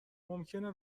ممکنه